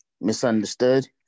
Misunderstood